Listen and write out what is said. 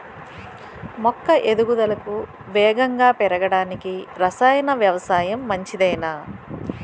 మొక్క ఎదుగుదలకు వేగంగా పెరగడానికి, రసాయన వ్యవసాయం మంచిదేనా?